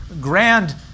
grand